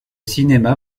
cinéma